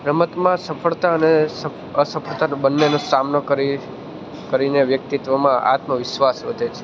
રમતમાં સફળતા અને અસફળતા બંનેનો સામનો કરી કરીને વ્યકિત્વમાં આત્મવિશ્વાસ વધે છે